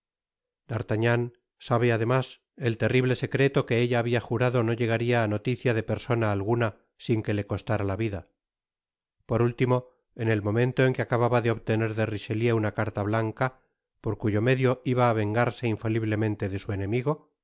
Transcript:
d'artagnan sabe además el terrible secreto que ella habia jurado do llegaría á noticia de persona alguna sin que le costara la vida por último en el momento en que acaba ba de obtener de'richelieu una carta blanca por cuyo medio iba á vengarse infaliblemente de su enemigo